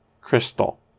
Crystal